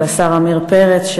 ולשר עמיר פרץ,